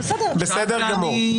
--- אתם מסכימים פה.